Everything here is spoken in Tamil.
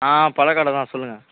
ஆ பழக்கடை தான் சொல்லுங்கள்